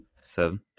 Seven